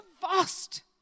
vast